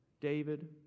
David